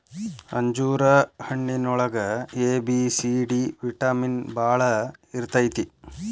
ಅಂಜೂರ ಹಣ್ಣಿನೊಳಗ A, B, C, D vitamin ಬಾಳ ಇರ್ತೈತಿ